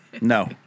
No